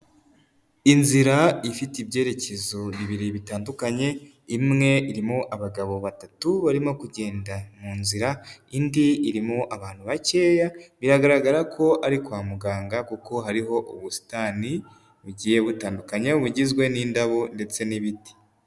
Inzira ifite ibyerekezo bibiri bitandukanye, imwe irimo abagabo batatu barimo kugenda mu nzira indi irimo abantu bakeya, biragaragara ko ari kwa muganga kuko hariho ubusitani bugiye butandukanye aho bugizwe n'indabo ndetse n'ibiti.